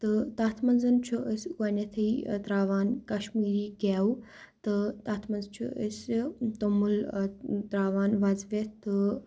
تہٕ تَتھ منٛز چھُ أسۍ گۄڈنٮ۪تھٕے ترٛاوان کشمیٖری گٮ۪و تہٕ تَتھ منٛز چھُ أسۍ توٚمُل ترٛاوان وَزوِتھ تہٕ